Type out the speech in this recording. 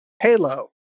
halo